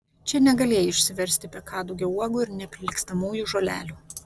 čia negalėjai išsiversti be kadugio uogų ir neprilygstamųjų žolelių